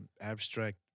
abstract